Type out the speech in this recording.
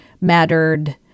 mattered